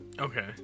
Okay